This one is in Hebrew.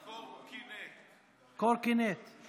קורקינט, אני